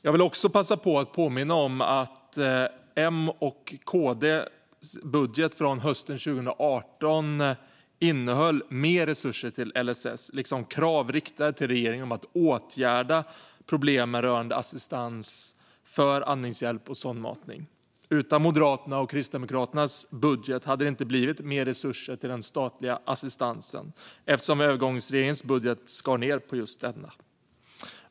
Jag vill också passa på att påminna om att M:s och KD:s budget hösten 2018 innehöll mer resurser till LSS, liksom att det riktades krav till regeringen på att åtgärda problemen rörande assistans för andningshjälp och sondmatning. Utan Moderaternas och Kristdemokraternas budget hade det inte blivit mer resurser till den statliga assistansen, eftersom övergångsregeringens budget skar ned på just detta.